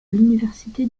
l’université